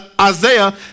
Isaiah